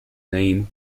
name